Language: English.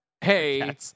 hey